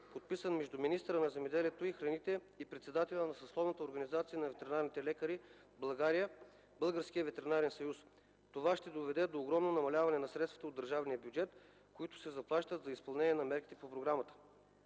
подписан между министъра на земеделието и храните и председателя на съсловната организация на ветеринарните лекари в България – Българския ветеринарен съюз. Това ще доведе до огромно намаляване на средствата от държавния бюджет, които се заплащат за изпълнението на мерките по програмите.